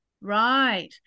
right